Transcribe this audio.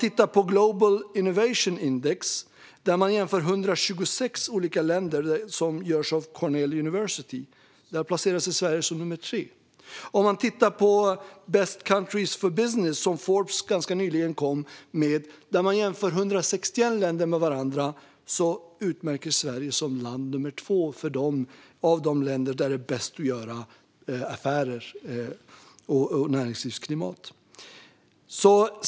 I Global Innovation Index, som görs av Cornell University och där 126 olika länder jämförs, placerar sig Sverige som nummer tre. På listan Best Countries for Business, som Forbes ganska nyligen kom med och där 161 länder jämförs med varandra, utmärker sig Sverige som land nummer två där det är bäst att göra affärer och vad gäller näringslivsklimat.